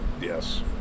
Yes